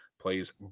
plays